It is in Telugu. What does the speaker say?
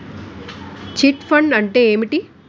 చిట్ ఫండ్ అంటే ఏంటి?